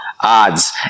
odds